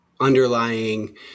underlying